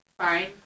fine